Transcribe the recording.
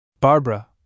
Barbara